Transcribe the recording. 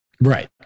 Right